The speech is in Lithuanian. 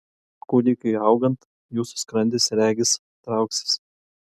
kūdikiui augant jūsų skrandis regis trauksis